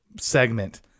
segment